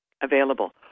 available